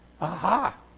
Aha